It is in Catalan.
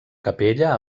capella